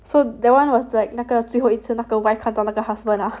so that one was like 那个最后一次那个 wife 看到那个 husband ah